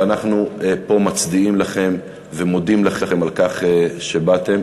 ואנחנו פה מצדיעים לכם ומודים לכם על כך שבאתם.